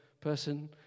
person